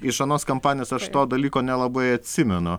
iš anos kampanijos aš to dalyko nelabai atsimenu